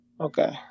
Okay